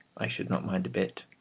i should not mind a bit.